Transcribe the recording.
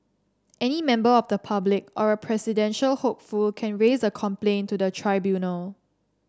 any member of the public or a presidential hopeful can raise a complaint to the tribunal